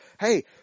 hey